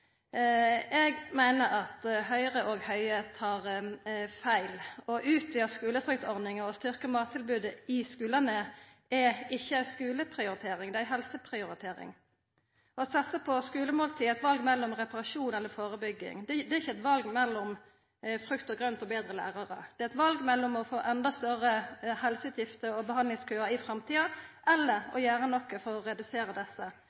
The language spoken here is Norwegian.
Eg meiner at Høgre og Høie tar feil. Å utvida skulefruktordninga og styrka mattilbodet i skulane er ikkje ei skuleprioritering, det er ei helseprioritering. Å satsa på skulemåltid er eit val mellom reparasjon og førebygging. Det er ikkje eit val mellom frukt- og grøntordninga og betre lærarar. Det er eit val mellom å få endå større helseutgifter og behandlingskøar i framtida og å gjera noko for å redusera desse.